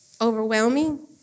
overwhelming